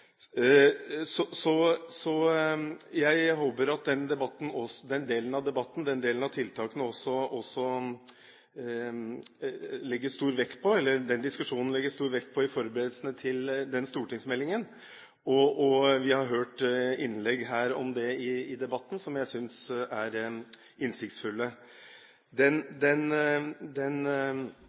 så stor virkning og ha vel så mange begrunnelser som når det gjelder andre rusmidler. Så jeg håper at det legges stor vekt på den diskusjonen i forberedelsene til stortingsmeldingen. Vi har hørt innlegg om det her i debatten som jeg synes er innsiktsfulle. Den